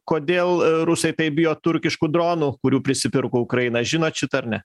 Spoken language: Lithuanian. kodėl rusai taip bijo turkiškų dronų kurių prisipirko ukraina žino žinot šitą ar ne